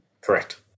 Correct